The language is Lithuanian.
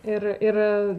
ir ir